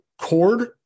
Cord